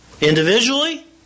individually